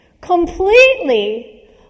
completely